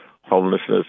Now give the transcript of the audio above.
homelessness